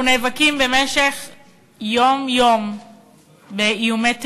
אנחנו נאבקים יום-יום באיומי טרור,